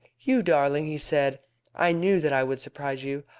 you darling! he said i knew that i would surprise you.